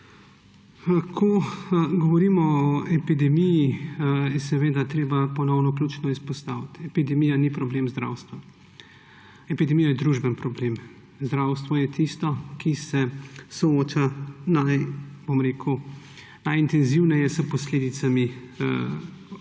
Ko govorimo o epidemiji, je seveda treba ponovno ključno izpostaviti. Epidemija ni problem zdravstva. Epidemija je družbeni problem. Zdravstvo je tisto, ki se sooča najintenzivneje s posledicami epidemije.